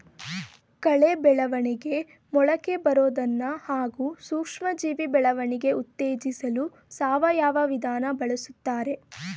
ಕಳೆ ಬೆಳವಣಿಗೆ ಮೊಳಕೆಬರೋದನ್ನ ಹಾಗೂ ಸೂಕ್ಷ್ಮಜೀವಿ ಬೆಳವಣಿಗೆ ಉತ್ತೇಜಿಸಲು ಸಾವಯವ ವಿಧಾನ ಬಳುಸ್ತಾರೆ